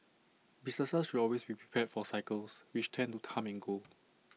businesses should always be prepared for cycles which tend to come and go